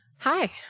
Hi